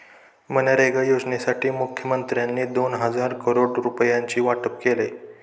मनरेगा योजनेसाठी मुखमंत्र्यांनी दोन हजार करोड रुपयांचे वाटप केले